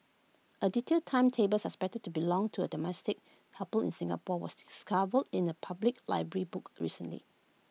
A detailed timetable suspected to belong to A domestic helper in Singapore was discovered in A public library book recently